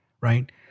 right